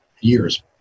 years